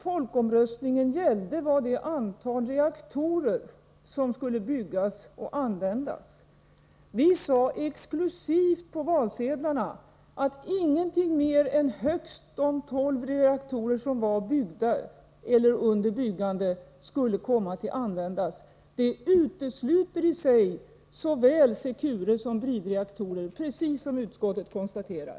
Folkomröstningen gällde det antal reaktorer som skulle byggas och användas. Vi sade exklusivt på valsedlarna att ingenting mer än högst de tolv reaktorer som var byggda eller höll på att byggas skulle komma att användas. Det utesluter i sig såväl Securesom bridreaktorer, precis som utskottet konstaterar.